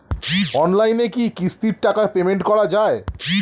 অনলাইনে কি কিস্তির টাকা পেমেন্ট করা যায়?